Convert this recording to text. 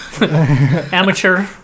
Amateur